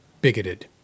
bigoted